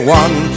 one